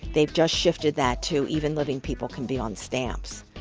they just shifted that to even living people can be on stamps.